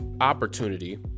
opportunity